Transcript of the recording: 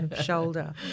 shoulder